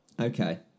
Okay